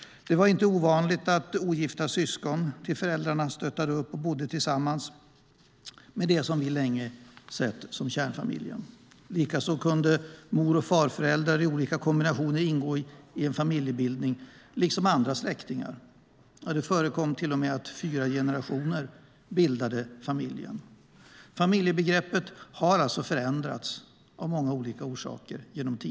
Det var inte ovanligt att ogifta syskon till föräldrarna stöttade upp och bodde tillsammans med det vi länge betraktat som kärnfamiljen. Likaså kunde mor och farföräldrar i olika kombinationer ingå i familjen liksom andra släktingar. Det förekom till och med att fyra generationer bildade familjen. Familjebegreppet har alltså förändrats genom tiderna av olika orsaker.